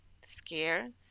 scared